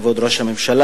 כבוד ראש הממשלה,